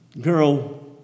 girl